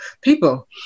people